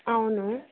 అవును